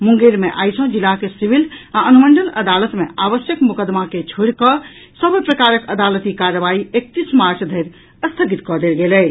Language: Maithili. मुंगेर मे आइ सँ जिलाक सिविल आ अनुमंडल अदालत मे आवश्यक मोकदमा के छोड़ि कऽ सभ प्रकारक अदालती कार्रवाई एकतीस मार्च धरि स्थगित कऽ देल गेल अछि